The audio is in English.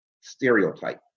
stereotype